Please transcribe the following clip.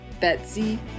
Betsy